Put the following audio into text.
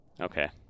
Okay